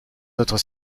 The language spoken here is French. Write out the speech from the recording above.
autres